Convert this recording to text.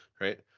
right